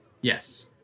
Yes